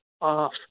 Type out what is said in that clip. off